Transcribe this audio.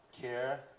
care